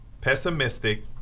pessimistic